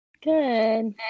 Good